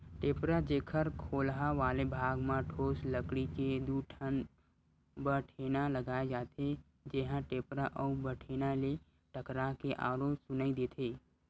टेपरा, जेखर खोलहा वाले भाग म ठोस लकड़ी के दू ठन बठेना लगाय जाथे, जेहा टेपरा अउ बठेना ले टकरा के आरो सुनई देथे